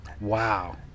wow